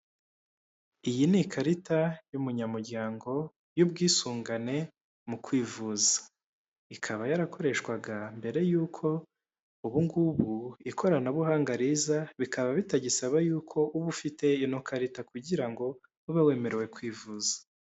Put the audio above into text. Iyi ni ikarita y'umunyamuryango y'ubwisungane mu kwivuza, ikaba yarakoreshwaga mbere yuko ubu ngubu ikoranabuhanga riza bikaba bitagisaba yuko uba ufite ino karita kugira ngo ube wemerewe kwivuza.